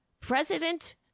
President